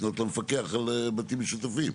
לפנות למפקח על בתים משותפים.